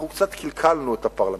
קצת קלקלנו את הפרלמנט.